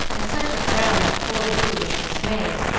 and such a frown that poor boo looked dismayed,